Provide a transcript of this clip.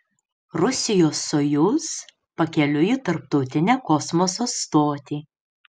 rusijos sojuz pakeliui į tarptautinę kosmoso stotį